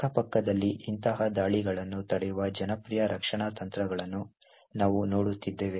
ಅಕ್ಕಪಕ್ಕದಲ್ಲಿ ಇಂತಹ ದಾಳಿಗಳನ್ನು ತಡೆಯುವ ಜನಪ್ರಿಯ ರಕ್ಷಣಾ ತಂತ್ರಗಳನ್ನು ನಾವು ನೋಡುತ್ತಿದ್ದೇವೆ